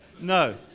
No